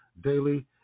daily